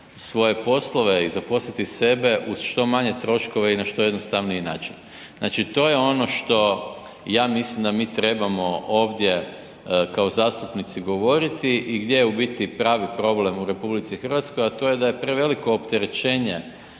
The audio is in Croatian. svoje poslove i zaposliti sebe uz što manje troškova i na što jednostavniji način. Znači, to je ono što ja mislim da mi trebamo ovdje kao zastupnici govoriti i gdje je u biti pravi problem u RH, a to je da je preveliko opterećenje